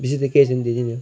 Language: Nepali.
विशेष त केही छैन त्यति नै हो